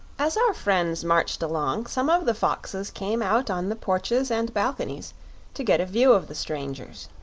as our friends marched along, some of the foxes came out on the porches and balconies to get a view of the strangers.